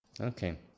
okay